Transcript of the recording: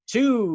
two